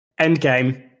Endgame